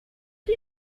did